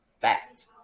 fact